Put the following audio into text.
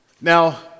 Now